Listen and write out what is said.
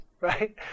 right